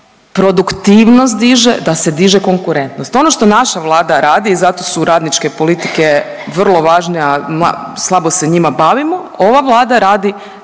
dakle produktivnost diže, da se diže konkurentnost. Ono što naša Vlada radi i zato su radničke politike vrlo važna, slabo se njima bavimo. Ova Vlada radi